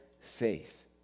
faith